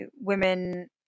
women